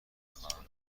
خواهم